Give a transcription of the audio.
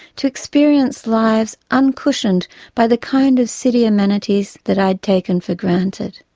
to experience lives uncushioned by the kind of city amenities that i'd taken for granted.